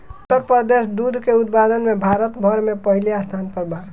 उत्तर प्रदेश दूध के उत्पादन में भारत भर में पहिले स्थान पर बा